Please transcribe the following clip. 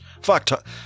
Fuck